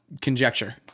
conjecture